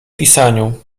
pisaniu